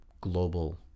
global